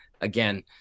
again